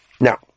Now